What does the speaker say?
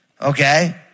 okay